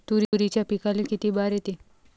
तुरीच्या पिकाले किती बार येते?